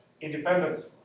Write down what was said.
independent